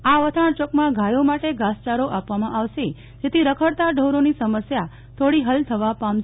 આ વથાણ ચોકમાં ગાયો માટે ઘાસચારો આપવામાં આવશે જેથી રખડતા ઢોરોની સમસ્યા થોડી હલ વા પામશે